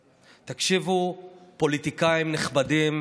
תקשיבו, פוליטיקאים נכבדים,